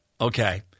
Okay